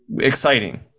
exciting